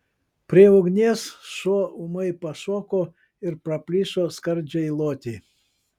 prie ugnies šuo ūmai pašoko ir praplyšo skardžiai loti